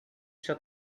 shut